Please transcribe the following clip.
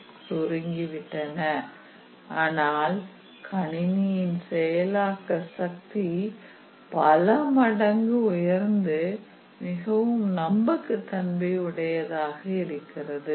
Refer slide time 1443 ஆனால் கணினியின் செயலாக்க சக்தி பல மடங்கு உயர்ந்து மிகவும் நம்பகத்தன்மை உடையதாகவும் இருக்கிறது